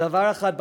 דבר אחד בטוח: